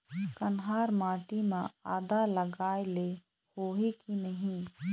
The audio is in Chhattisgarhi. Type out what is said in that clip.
कन्हार माटी म आदा लगाए ले होही की नहीं?